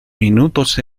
minutos